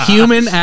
Human